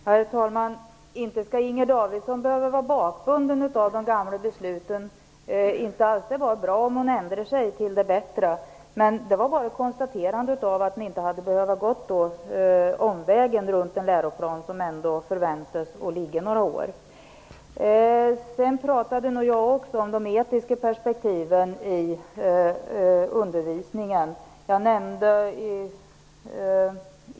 Herr talman! Inte skall Inger Davidson behöva vara bakbunden av de gamla besluten. Det är bara bra om hon ändrar sig till det bättre. Jag bara konstaterade att hon inte hade behövt gå omvägen runt den läroplan som förväntas gälla några år. Jag talade nog också om de etiska perspektiven i undervisningen.